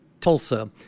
Tulsa